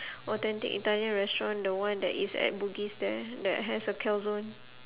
authentic italian restaurant the one that is at bugis there that has a calzone